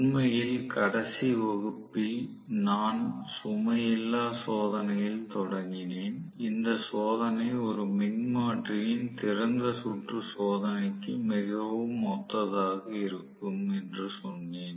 உண்மையில் கடைசி வகுப்பில் நான் சுமை இல்லா சோதனையில் தொடங்கினேன் இந்த சோதனை ஒரு மின்மாற்றியின் திறந்த சுற்று சோதனைக்கு மிகவும் ஒத்ததாக இருக்கும் என்று சொன்னேன்